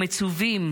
מצווים,